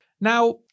Now